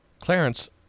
Clarence